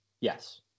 Yes